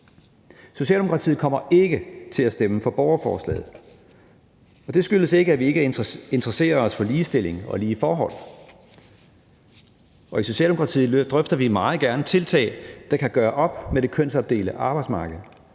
Socialdemokratiet kommer ikke til at stemme for borgerforslaget, og det skyldes ikke, at vi ikke interesserer os for ligestilling og lige forhold. I Socialdemokratiet drøfter vi meget gerne tiltag, der kan gøre op med det kønsopdelte arbejdsmarked,